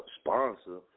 sponsor